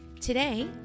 Today